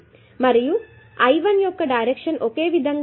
మరియు I1 యొక్క direction ఒకే విధంగా ఉంటుంది